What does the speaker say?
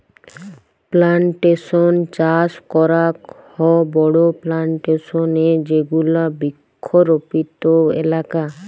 plantation চাস করাক হ বড়ো প্লানটেশন এ যেগুলা বৃক্ষরোপিত এলাকা